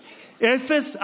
אפס?